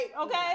Okay